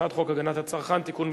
חוק הגנת הצרכן (תיקון מס'